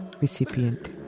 recipient